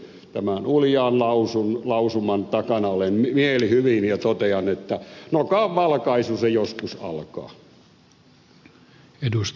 tämän uljaan lausuman takana olen mielihyvin ja totean että nokanvalkaisu se joskus alkaa